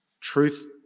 truth